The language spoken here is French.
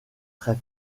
très